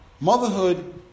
Motherhood